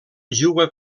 juga